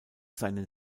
seinen